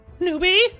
Newbie